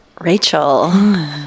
Rachel